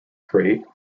create